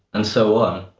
and so on,